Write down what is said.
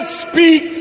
speak